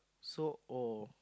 so old